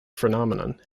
phenomenon